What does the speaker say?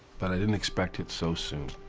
but i didn't expect it so so